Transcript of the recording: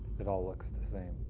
it all looks the same.